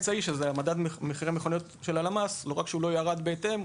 והמדד של מחירי המכוניות של הלמ"ס לא רק שלא ירד בהתאם,